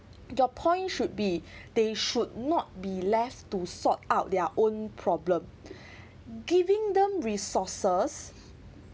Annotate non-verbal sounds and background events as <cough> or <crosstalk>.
your point should be they should not be left to sort out their own problem <breath> giving them resources